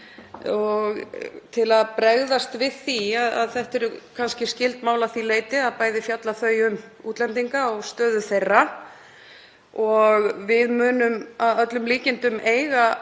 dag. Til að bregðast við því eru þetta kannski skyld mál að því leyti að bæði fjalla þau um útlendinga og stöðu þeirra og við munum að öllum líkindum eiga